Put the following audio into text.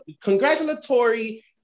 congratulatory